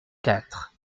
quatre